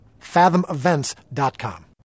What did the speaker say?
Fathomevents.com